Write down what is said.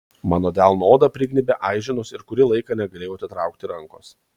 mano delno odą prignybė aiženos ir kurį laiką negalėjau atitraukti rankos